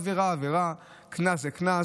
עבירה זאת עבירה, קנס זה קנס.